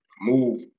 Move